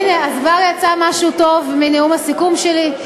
הנה, אז כבר יצא משהו טוב מנאום הסיכום שלי.